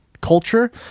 culture –